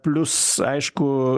plius aišku